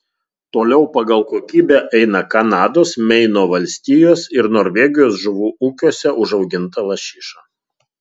toliau pagal kokybę eina kanados meino valstijos ir norvegijos žuvų ūkiuose užauginta lašiša